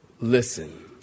listen